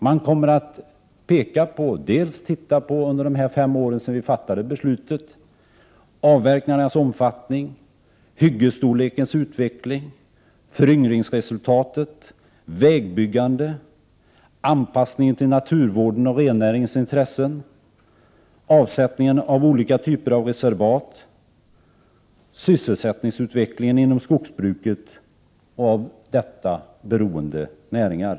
Man skall se på vad som har hänt under de fem år som har gått sedan beslutet fattades, och man skall bl.a. utvärdera avverkningarnas omfattning, hyggens storleksutveckling, föryngringsresultatet, vägbyggande, anpassningen till naturvården och rennäringens intressen, avsättningen av olika typer av reservat, sysselsättningsutvecklingen inom skogsbruket och av detta beroende näringar.